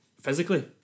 Physically